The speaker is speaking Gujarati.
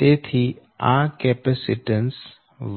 તેથી આ કેપેસીટન્સ